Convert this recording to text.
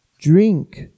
drink